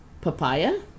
papaya